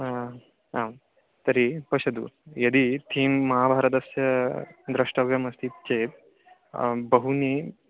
हा आम् तर्हि पश्यतु यदि थीम् महाभारतस्य द्रष्टव्यम् अस्ति चेत् बहूनि